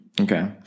Okay